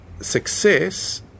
success